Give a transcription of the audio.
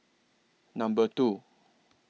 Number two